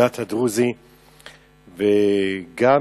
הדת הדרוזית לפחות חמש שנים.